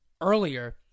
earlier